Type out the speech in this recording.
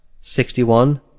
Sixty-one